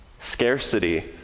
Scarcity